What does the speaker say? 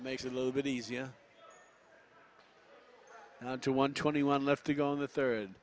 makes it a little bit easier to want twenty one left to go on the third